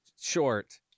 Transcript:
short